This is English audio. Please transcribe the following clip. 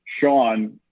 Sean